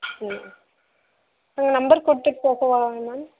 number கொடுத்துட்டு போகவாங்க ma'am